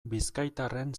bizkaitarren